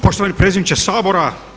Poštovani predsjedniče Sabora.